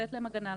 לתת להן הגנה,